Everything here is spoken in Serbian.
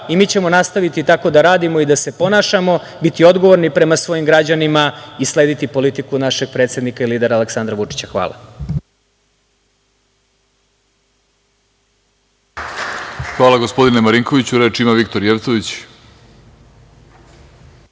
i mi ćemo nastaviti tako da radimo i da se ponašamo, biti odgovorni prema svojim građanima i slediti politiku našeg predsednika i lidera Aleksandra Vučića. Hvala. **Vladimir Orlić** Hvala, gospodine Marinkoviću. Reč ima Viktor Jevtović.